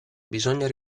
bisogna